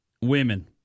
Women